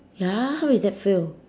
ya how is that fail